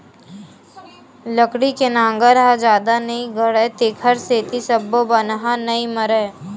लकड़ी के नांगर ह जादा नइ गड़य तेखर सेती सब्बो बन ह नइ मरय